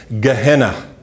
Gehenna